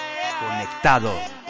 conectado